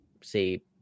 say